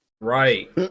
Right